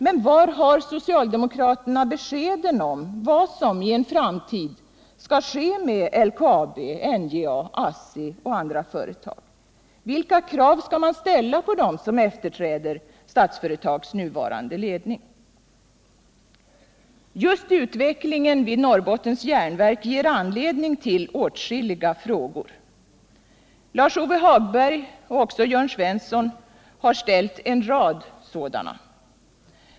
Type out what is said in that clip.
Men var har socialdemokraterna beskeden om vad som i en framtid skall ske med LKAB, NJA, ASSI och andra företag? Vilka krav skall man ställa på dem som efterträder Statsföretags nuvarande ledning? Just utvecklingen vid NJA ger anledning till åtskilliga frågor. Lars-Ove Hagberg och även Jörn Svensson har ställt en rad sådana frågor.